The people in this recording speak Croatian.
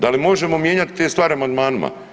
Da li možemo mijenjati te stvari amandmanima?